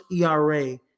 ERA